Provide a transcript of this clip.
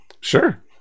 sure